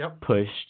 pushed